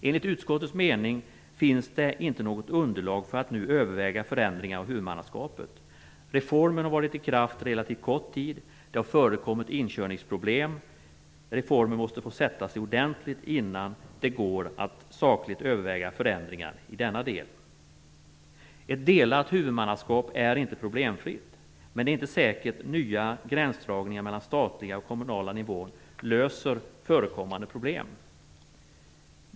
Enligt utskottets mening finns det inte något underlag för att nu överväga förändringar av huvudmannaskapet. Reformen har varit i kraft relativt kort tid. Det har förekommit inkörningsproblem. Reformen måste få sätta sig ordentligt innan det går att sakligt överväga förändringar i denna del. Ett delat huvudmannaskap är inte problemfritt. Men det är inte säkert att nya gränsdragningar mellan statliga och kommunala nivåer löser förekommande problem.